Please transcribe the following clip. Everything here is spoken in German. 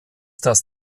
das